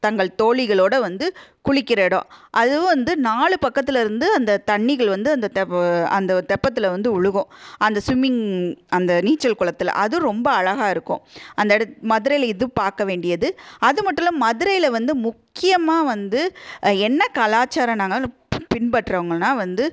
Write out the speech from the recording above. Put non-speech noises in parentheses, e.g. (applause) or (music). தங்கள் தோழிகளோட வந்து குளிக்கிற இடம் அதுவும் வந்து நாலு பக்கத்தில் இருந்து அந்த தண்ணிகள் வந்து அந்த தெ அந்த தெப்பத்தில் வந்து விழுகும் அந்த ஸ்விம்மிங் அந்த நீச்சல் குளத்துல அதும் ரொம்ப அழகா இருக்கும் அந்த எடத் மதுரையில இதுவும் பார்க்க வேண்டியது அது மட்டும் இல்லை மதுரையில வந்து முக்கியமாக வந்து என்ன கலாச்சாரம் நா (unintelligible) பின்பற்றவங்கள்னால் வந்து